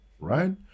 right